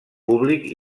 públic